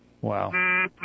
Wow